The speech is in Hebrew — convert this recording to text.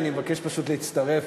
אני מצטערת